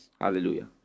hallelujah